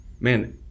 man